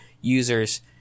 users